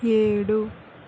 ఏడు